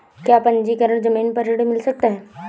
क्या पंजीकरण ज़मीन पर ऋण मिल सकता है?